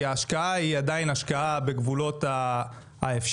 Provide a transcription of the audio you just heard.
כי ההשקעה היא עדיין השקעה בגבולות האפשר